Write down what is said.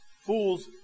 Fools